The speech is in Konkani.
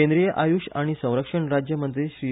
केंद्रीय आयुष आनी संरक्षण राज्यमंत्री श्री